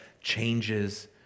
changes